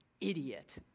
idiot